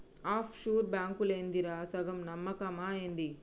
half sure బాంకులేందిరా, సగం నమ్మకమా ఏంది